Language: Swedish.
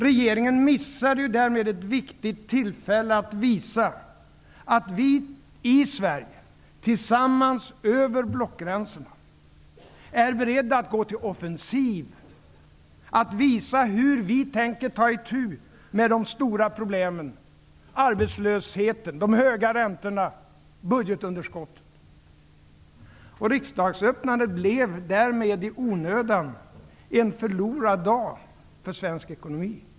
Regeringen missar ju därmed ett viktigt tillfälle att visa att vi i Sverige -- tillsammans över blockgränserna -- är beredda att gå till offensiv, att visa hur vi tänker ta itu med de stora problemen som arbetslösheten, de höga räntorna och budgetunderskottet. Riksdagsöppnandet blev därmed i onödan en förlorad dag för svensk ekonomi.